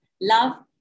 Love